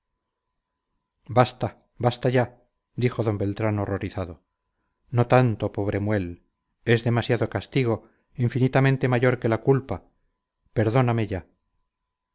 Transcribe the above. basta basta ya dijo d beltrán horrorizado no tanto pobre muel es demasiado castigo infinitamente mayor que la culpa perdóname ya